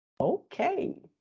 Okay